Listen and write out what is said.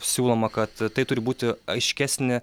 siūloma kad tai turi būti aiškesnė